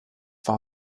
war